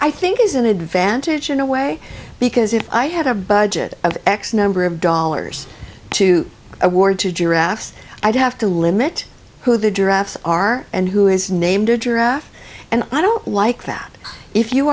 i think is an advantage in a way because if i had a budget of x number of dollars to award two giraffes i'd have to limit who the giraffes are and who is named giraffe and i don't like that if you